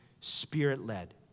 spirit-led